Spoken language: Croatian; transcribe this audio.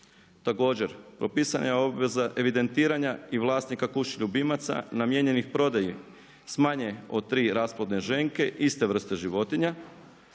Također propisana je obveza evidentiranja i vlasnika ključnih ljubimaca namijenjenih prodaji s manje od 3 rasplodne ženke ženke iste vrste životinja